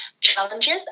challenges